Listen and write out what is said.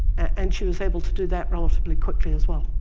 and she was able to do that relatively quickly as well.